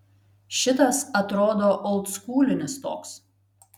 šitas atrodo oldskūlinis toks